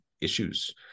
issues